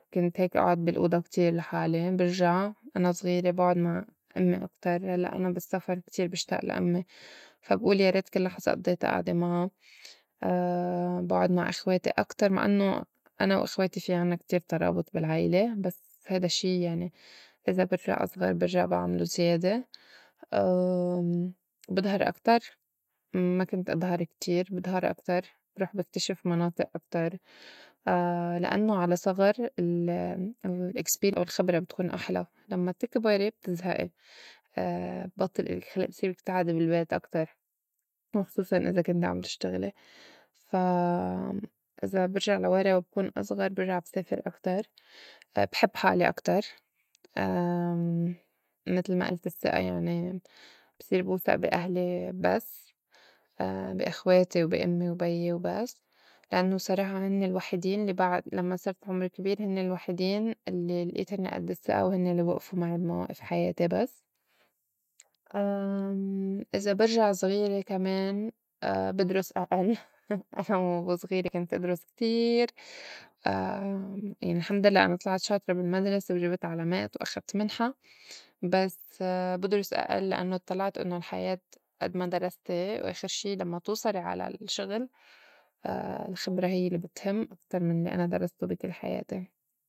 كنت هيك أعّد بالأوضة كتير لحالي برجع أنا و زغيره بُعُد مع أمّي أكتر هلّأ أنا بالسّفر كتير بشتاء لأمّي فا بئول يا ريت كل لحظة أضّيتا آعدة معا، باعُد مع إخواتي أكتر مع إنّو أنا وإخواتي في عنّا كتير ترابُط بالعيلة بس هيدا الشّي يعني إذا برجع أصغر برجع بعملو زيادة، بضهر أكتر ما كنت اضهر كتير بضهر أكتر بروح بكتشف مناطق أكتر لإنّو على صغر ال- expe أو الخبرة بتكون أحلى لمّا تكبري بتزهئي بطّل إلك خلئ بتصيري بدّك تعدي بالبيت أكتر وخصوصاً إذا كنتي عم تشتغلي فا إذا برجع لورا بكون أصغر برجع بسافر أكتر، بحب حالي أكتر متل ما ألت السّئة يعني بصير بوسئ بأهلي بس بي أخواتي وبي أمّي وبي وبس لإنّو صراحة هنّي الوحيدين الّي بعد لمّا صرت عمر كبير هنّي الوحيدين الّي لأيت هنّي أد السّئة وهنّي الّي وئفو معي بي موائف حياتي بس، إذا برجع زغيره كمان بدرُس أئل أنا وزغيره كنت أدرٍُس كتير يعني الحمد للّه أنا طلعت شاطرة بالمدرسة وجبت علامات وأخدت منحة بس بدرُس أئل لإنّو اطّلعت إنّو الحياة أد ما درستي وآخر شي لمّا توصلي على الشّغل الخبرة هيّ الّي بتهم أكتر من الّي أنا درستو بي كل حياتي.